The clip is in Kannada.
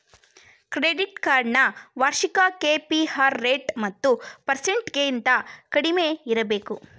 ಕ್ರೆಡಿಟ್ ಕಾರ್ಡ್ ನ ವಾರ್ಷಿಕ ಕೆ.ಪಿ.ಆರ್ ರೇಟ್ ಹತ್ತು ಪರ್ಸೆಂಟಗಿಂತ ಕಡಿಮೆ ಇರಬೇಕು